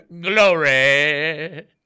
Glory